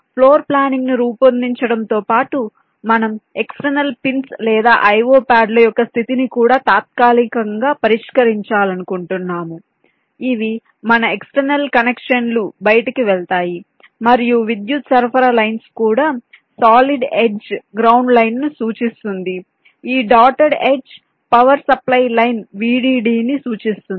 floor planning ను రూపొందించడంతో పాటు మనం ఎక్సటర్నల్ పిన్స్ లేదా IO ప్యాడ్ల యొక్క స్థితిని కూడా తాత్కాలికంగా పరిష్కరించాలనుకుంటున్నాము ఇవి మన ఎక్సటర్నల్ కనెక్షన్లు బయటికి వెళ్తాయి మరియు విద్యుత్ సరఫరా లైన్స్ కూడా సాలిడ్ ఎడ్జ్ గ్రౌండ్ లైన్ ను సూచిస్తుంది ఈ dotted edge power supply line VDD ని సూచిస్తుంది